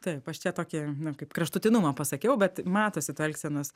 taip aš čia tokį na kaip kraštutinumą pasakiau bet matosi tų elgsenos